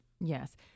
Yes